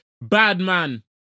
Badman